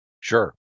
Sure